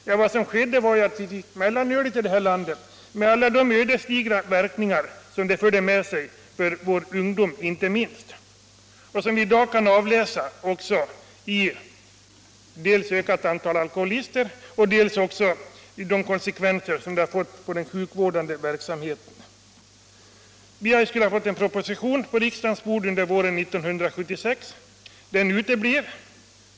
— Ja, vad som skedde var ju att vi i stället i vårt land fick mellanölet, med alla de ödesdigra verkningar som det förde med sig, inte minst för vår ungdom — skador som i dag kan avläsas dels i det ökade antalet alkoholister, dels i de konsekvenser som drabbat den sjukvårdande verksamheten. Vi skulle få en proposition på riksdagens bord under våren 1976, men den uteblev.